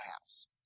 house